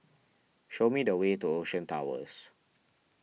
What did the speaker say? show me the way to Ocean Towers